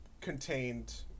contained